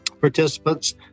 participants